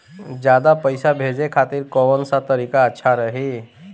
ज्यादा पईसा भेजे खातिर कौन सा तरीका अच्छा रही?